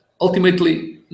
Ultimately